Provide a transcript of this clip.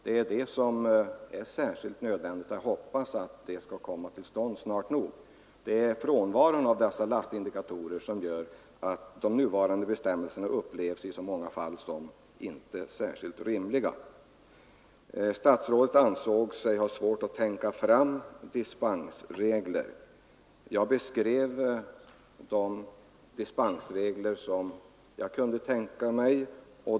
Jag vill understryka detta och hoppas att dessa snart skall finnas i marknaden, Det är frånvaron av lastindikatorer som gör att de nuvarande bestämmelserna i många fall upplevs såsom inte särskilt rimliga. Statsrådet ansåg sig ha svårt att ”tänka fram” dispensregler. Jag beskrev de dispensregler som jag kan tänka mig.